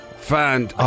Fan